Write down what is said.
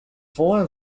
four